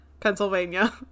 Pennsylvania